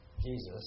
Jesus